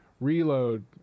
reload